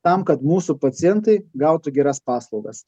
tam kad mūsų pacientai gautų geras paslaugas